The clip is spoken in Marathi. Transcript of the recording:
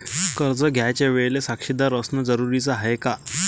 कर्ज घ्यायच्या वेळेले साक्षीदार असनं जरुरीच हाय का?